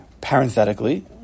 Parenthetically